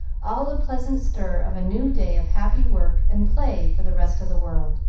all the pleasant stir of a new day of happy work and play for the rest of the world,